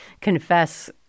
confess